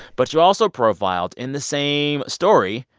but you also profiled, in the same story,